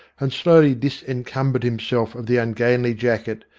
and slowly dis encumbered himself of the ungainly jacket,